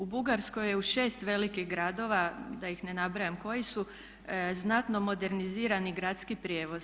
U Bugarskoj je u 6 velikih gradova da ih ne nabrajam koji su znatno modernizirani gradski prijevoz.